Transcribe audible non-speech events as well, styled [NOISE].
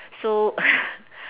so [LAUGHS]